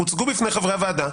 הם הוצגו בפני חברי הוועדה,